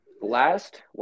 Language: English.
Last